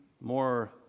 more